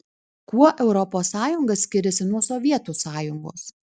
kuo europos sąjunga skiriasi nuo sovietų sąjungos